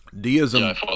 Deism